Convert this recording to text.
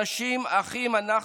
אנשים אחים אנחנו.